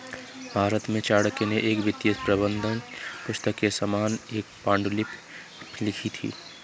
भारत में चाणक्य ने एक वित्तीय प्रबंधन पुस्तक के समान एक पांडुलिपि लिखी थी